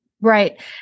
right